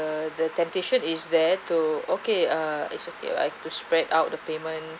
the the temptation is there to okay err it's okay I like to spread out the payment